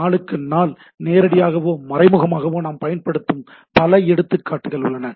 நாளுக்கு நாள் நேரடியாகவோ மறைமுகமாகவோ நாம் பயன்படுத்தும் பல எடுத்துக்காட்டுகள் உள்ளன